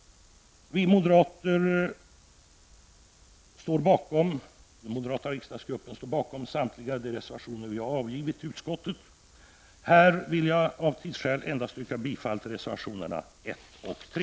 Den moderata riksdagsgruppen står bakom samtliga de reservationer som fogats till betänkandet. Av tidsskäl vill jag här yrka bifall endast till reservationerna 1 och 3.